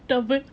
double